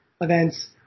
events